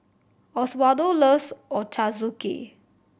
Oswaldo loves Ochazuke